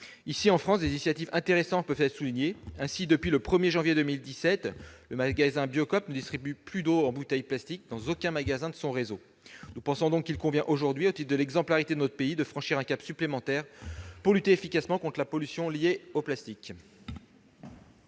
En France, des initiatives intéressantes peuvent être soulignées. Ainsi, depuis le 1 janvier 2017, plus aucun magasin Biocoop ne distribue d'eau en bouteilles plastiques. Nous pensons donc qu'il convient aujourd'hui, pour l'exemplarité de notre pays, de franchir un cap supplémentaire, afin de lutter efficacement contre la pollution liée au plastique.